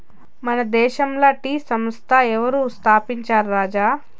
మన దేశంల టీ సంస్థ ఎవరు స్థాపించారు రాజా